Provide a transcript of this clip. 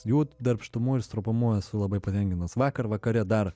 jų darbštumu ir stropumu esu labai patenkintas vakar vakare dar